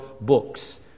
books